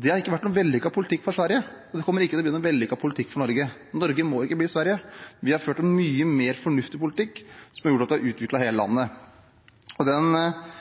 Det har ikke vært noen vellykket politikk for Sverige, og det kommer ikke til å bli noen vellykket politikk for Norge. Norge må ikke bli Sverige. Vi har ført en mye mer fornuftig politikk, som har gjort at vi har utviklet hele landet. Det skal være endringer, men den